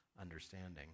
understanding